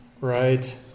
Right